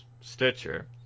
Stitcher